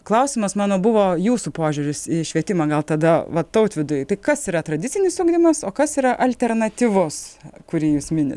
klausimas mano buvo jūsų požiūris į švietimą gal tada va tautvydui tai kas yra tradicinis ugdymas o kas yra alternatyvus kurį jūs minit